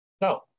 No